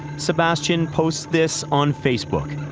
sebastian posts this on facebook.